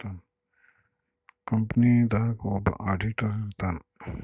company ದಾಗ ಒಬ್ಬ auditor ಇರ್ತಾನ